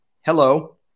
hello